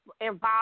involved